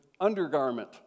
undergarment